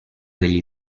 degli